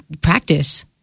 practice